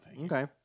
Okay